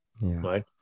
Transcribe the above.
Right